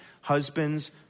Husbands